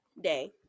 day